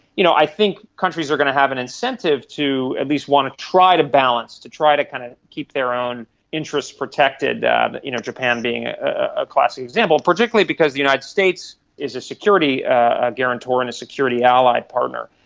you know i think countries are going to have an incentive to at least want to try to balance, to try to kind of keep their own interests protected, you know japan being ah a classic example, particularly because the united states is a security ah guarantor and a security ally partner.